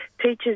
teachers